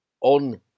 on